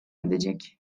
edecek